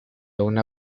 una